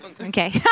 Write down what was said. okay